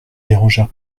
bérengère